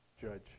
judge